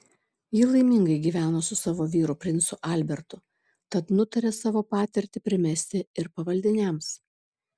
ji laimingai gyveno su savo vyru princu albertu tad nutarė savo patirtį primesti ir pavaldiniams